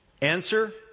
Answer